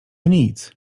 nic